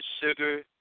sugar